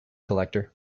collector